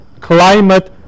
climate